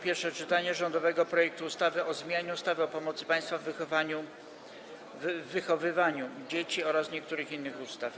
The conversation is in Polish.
Pierwsze czytanie rządowego projektu ustawy o zmianie ustawy o pomocy państwa w wychowywaniu dzieci oraz niektórych innych ustaw.